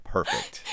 Perfect